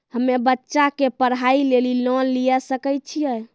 हम्मे बच्चा के पढ़ाई लेली लोन लिये सकय छियै?